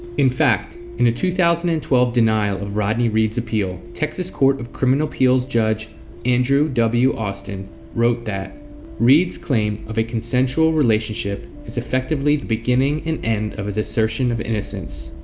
in fact, in the two thousand and twelve denial of rodney reed's appeal texas court of criminal appeals judge andrew w. austin wrote that reed's claim of a consensual relationship is effectively the beginning and end of his assertion of innocence.